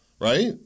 right